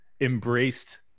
embraced